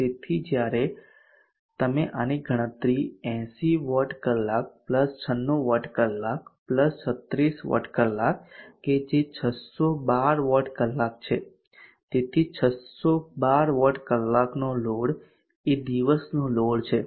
તેથી જ્યારે તમે આની ગણતરી 80 વોટ કલાક 96 વોટ કલાક 36 વોટ કલાક કે જે 612 વોટ કલાક છે તેથી 612 વોટ કલાકનો લોડ એ દિવસ નો લોડ છે